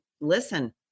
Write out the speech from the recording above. Listen